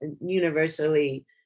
universally